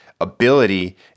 ability